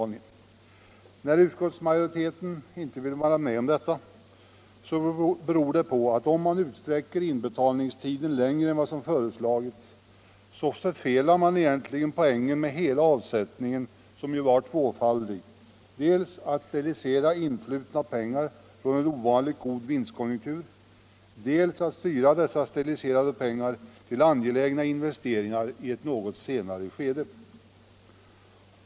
När utskottsmajoriteten inte vill vara med om detta beror det på att om man utsträcker inbetalningstiden längre än vad som föreslagits, så förfelar man egentligen poängen med hela avsättningen, som ju var tvåfaldig: dels att sterilisera influtna pengar från en ovanligt god vinstkonjunktur, dels att styra dessa steriliserade pengar till angelägna investeringar i ett något senare skede.